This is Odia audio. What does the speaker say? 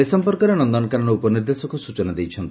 ଏ ସମ୍ପର୍କରେ ନନକାନନ ଉପନିର୍ଦ୍ଦେଶକ ସ୍ଚନା ଦେଇଛନ୍ତି